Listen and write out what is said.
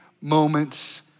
moments